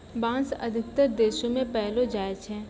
बांस अधिकतर देशो म पयलो जाय छै